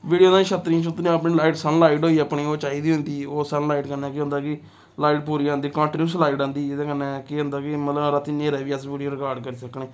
video ताईं छत्तरियां छतड़ुयां अपनियां लाइट सनलाइट होई अपनी ओह् चाहिदी होंदी ओह् सनलाइट कन्नै केह् होंदा कि लाइट पूरी आंदी कंटीन्यूस लाअट आंदी जेह्दे कन्नै केह् होंदा कि मतलब रातीं न्हेरे बी अस पूरी रिकार्ड करी सकने